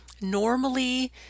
normally